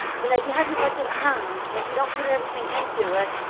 you know you have your budget at home and if you don't put everything into it,